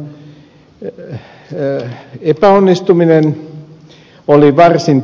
obaman hallinnon epäonnistuminen oli varsin